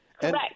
Correct